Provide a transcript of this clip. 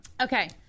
Okay